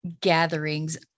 gatherings